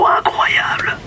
incroyable